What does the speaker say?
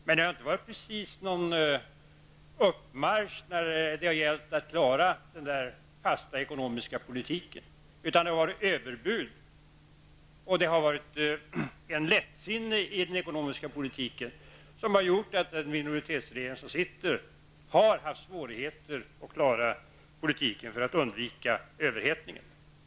Men det har inte precis varit någon uppmarsch när det har varit fråga om att klara denna fasta ekonomiska politik, utan det har varit överbud och ett lättsinne som har gjort att den sittande minoritetsregeringen har haft svårigheter att klara den ekonomiska politiken för att undvika överhettning.